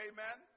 Amen